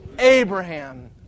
Abraham